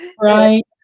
Right